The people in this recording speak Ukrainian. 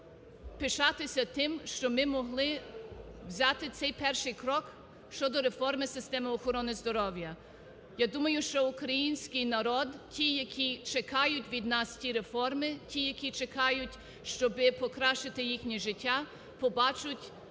пишатися тим, що ми могли взяти цей перший крок щодо реформи системи охорони здоров'я. Я думаю, що український народ, ті, які чекають від нас ті реформи, ті, які чекають, щоби покращити їхнє життя, побачать